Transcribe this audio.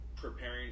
preparing